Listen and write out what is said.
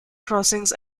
crossings